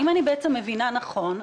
אם אני בעצם מבינה נכון,